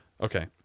Okay